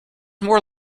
more